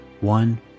One